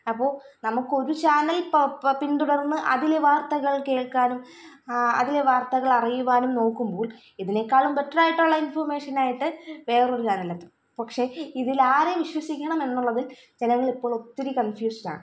അപ്പോൾ നമുക്കൊരു ചാനല് പ പ പിന്തുടര്ന്ന് അതില് വാര്ത്തകള് കേള്ക്കാനും അതിലെ വാര്ത്തകളറിയുവാനും നോക്കുമ്പോള് ഇതിനേക്കാളും ബെറ്ററായിട്ടുള്ള ഇന്ഫോമേഷനായിട്ട് വേറൊരു ചാനൽ എത്തും പക്ഷെ ഇതിലാരെ വിശ്വസിക്കണം എന്നുള്ളതിൽ ജനങ്ങളിപ്പോഴൊത്തിരി കണ്ഫ്യൂഷനാണ്